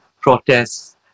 protests